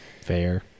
Fair